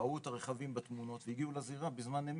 ראו את הרכבים בתמונות והגיעו לזירה בזמן אמת,